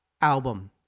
album